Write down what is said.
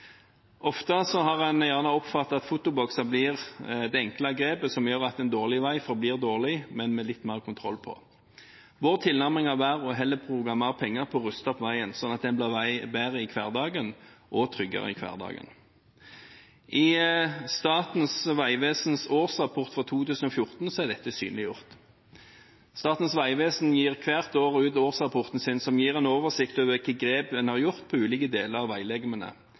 Ofte har fotobokser blitt det enkle grepet som gjør at en dårlig vei forblir dårlig, men med litt mer kontroll. Vår tilnærming vil være heller å bruke mer penger på å ruste opp veien, slik at den blir bedre og tryggere i hverdagen. I Statens vegvesens årsrapport for 2014 er dette synliggjort. Statens vegvesen gir hvert år ut en årsrapport, som gir en oversikt over hvilke grep en har tatt på ulike deler av